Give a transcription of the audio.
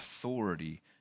authority